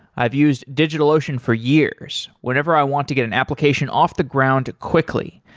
i've used digitalocean for years whenever i want to get an application off the ground quickly,